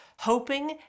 hoping